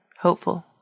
hopeful